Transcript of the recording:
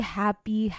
happy